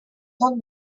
tot